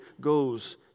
goes